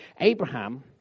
Abraham